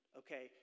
okay